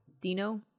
dino